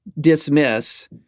dismiss